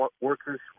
workers